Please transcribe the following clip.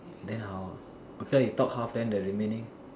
then how okay you talk half then the remaining